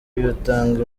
batanga